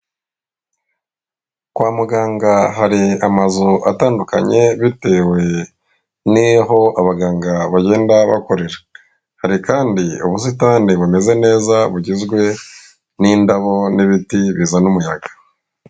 Kwa muganga hari amazu atandukanye bitewe n'aho abaganga bagenda bakorera, hari kandi ubusitanide bumeze neza bugizwe n'indabo n'ibiti bizazana umuyaga.